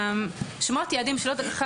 'שמות יעדים בשילוט הדרכה',